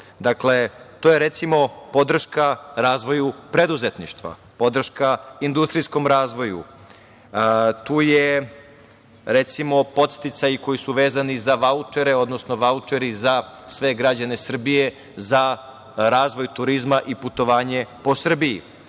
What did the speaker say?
godinu, to je recimo podrška razvoju preduzetništva, podrška industrijskom razvoju. Tu je, recimo, podsticaji koji su vezani za vaučere, odnosno vaučeri za sve građane Srbije za razvoj turizma i putovanje po Srbiji. Ono